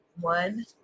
One